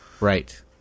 right